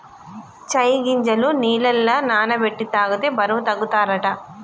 చై గింజలు నీళ్లల నాన బెట్టి తాగితే బరువు తగ్గుతారట